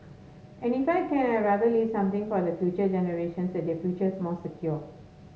and if I can I'd rather leave something for the future generations that their future is more secure